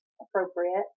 appropriate